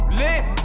lit